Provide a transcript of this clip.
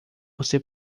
você